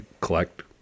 collect